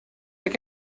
like